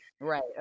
right